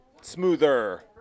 Smoother